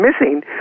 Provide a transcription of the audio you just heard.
missing